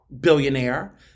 billionaire